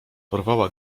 porwała